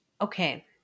okay